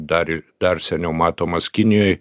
dar ir dar seniau matomas kinijoj